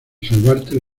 salvarte